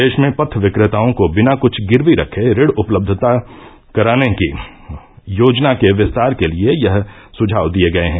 देश में पथविक्रेताओं को बिना कुछ गिरवी रखे ऋण उपलब्ध कराने की योजना के विस्तार के लिए यह सुझाव दिये गये हैं